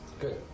Good